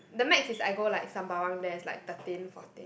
the max is I go like Sembawang there is like thirteen fourteen